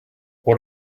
what